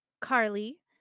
Carly